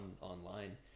online